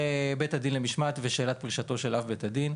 הוזכרו כאן בדיון מקודם בית הדין למשמעת ושאלת פרישתו של אב בית הדין.